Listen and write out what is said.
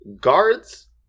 guards